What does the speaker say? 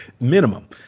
minimum